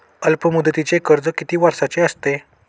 अल्पमुदतीचे कर्ज किती वर्षांचे असते?